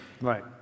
Right